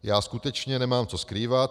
Já skutečně nemám co skrývat.